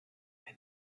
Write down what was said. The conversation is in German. bin